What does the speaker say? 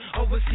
Oversee